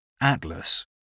Atlas